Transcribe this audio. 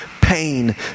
pain